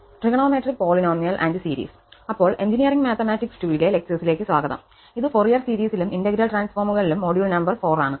trigonometric polynomial and series അപ്പോൾ engineering mathematics 2 ലെ ലെക്ചർസിലേക്ക് സ്വാഗതം ഇത് ഫോറിയർ സീരീസിലും ഇന്റഗ്രൽ ട്രാൻസ്ഫോമുകളിലും മൊഡ്യൂൾ നമ്പർ 4 ആണ്